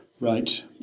right